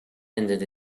ended